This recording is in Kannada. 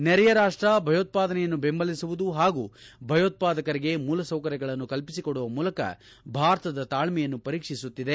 ನೆರೆಯ ರಾಷ್ಟ ಭಯೋತ್ಪಾದನೆಯನ್ನು ಬೆಂಬಲಿಸುವುದು ಪಾಗೂ ಭಯೋತ್ಪಾದಕರಿಗೆ ಮೂಲ ಸೌಕರ್ಯಗಳನ್ನು ಕಲ್ಪಿಸಿಕೊಡುವ ಮೂಲಕ ಭಾರತದ ತಾಳ್ಮೆಯನ್ನು ಪರೀಕ್ಷಿಸುತ್ತಿದೆ